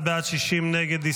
51 בעד, 60 נגד.